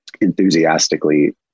enthusiastically